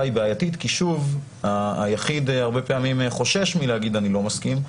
היא בעייתית כי היחיד הרבה פעמים חושש מלהגיד שהוא לא מסכים.